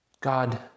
God